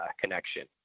connection